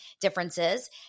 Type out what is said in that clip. differences